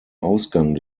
ausgang